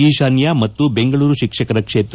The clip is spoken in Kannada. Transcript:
ಈಶಾನ್ಯ ಮತ್ತು ಬೆಂಗಳೂರು ಶಿಕ್ಷಕರ ಕ್ಷೇತ್ರ